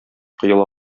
коела